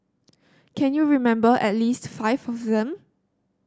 can you remember at least five of them